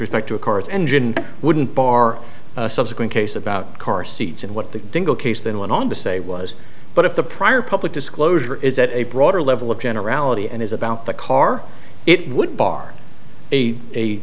respect to a car's engine wouldn't bar a subsequent case about car seats and what the case then went on to say was but if the prior public disclosure is at a broader level of generality and is about the car it would bar a